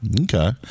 Okay